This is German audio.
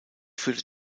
führte